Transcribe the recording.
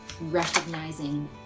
recognizing